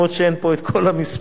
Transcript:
אף שאין פה כל המספרים,